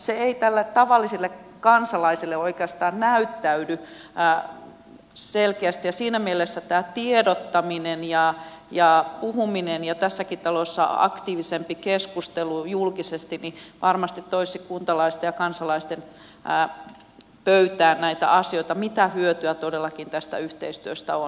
se ei tälle tavalliselle kansalaiselle oikeastaan näyttäydy selkeästi ja siinä mielessä tämä tiedottaminen ja puhuminen ja tässäkin talossa aktiivisempi keskustelu julkisesti varmasti toisivat kuntalaisten ja kansalaisten pöytään näitä asioita mitä hyötyä todellakin tästä yhteistyöstä on